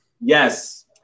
yes